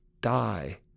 die